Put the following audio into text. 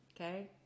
Okay